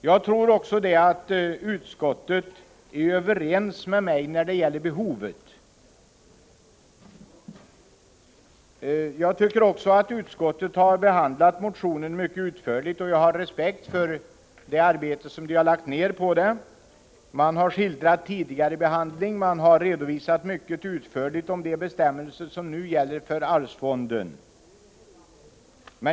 Jag tror att utskottet är överens med mig när det gäller behovet. Utskottet har behandlat motionen mycket utförligt, och jag har respekt för det arbete man har lagt ned på den. Man har skildrat tidigare behandling och mycket ingående redovisat de bestämmelser som i dag gäller för arvsfonden.